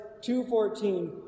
2.14